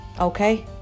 Okay